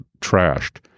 trashed